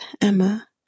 Emma